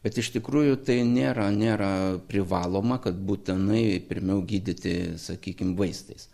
bet iš tikrųjų tai nėra nėra privaloma kad būtinai pirmiau gydyti sakykim vaistais